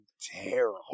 terrible